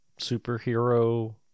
superhero